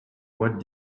what